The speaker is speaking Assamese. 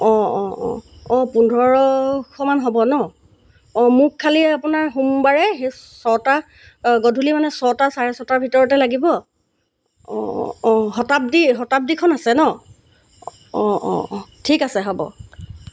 অঁ অঁ অঁ পোন্ধৰশমান হ'ব ন অঁ মোক খালি আপোনাৰ সোমবাৰে সেই ছটা গধূলি মানে ছটা চাৰে ছটাৰ ভিতৰতে লাগিব অঁ অঁ শতাব্দী শতাব্দীখন আছে ন অঁ অঁ অঁ ঠিক আছে হ'ব